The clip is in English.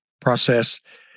process